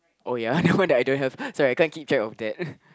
oh ya that one that I don't have so I can't keep track of that